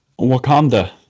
Wakanda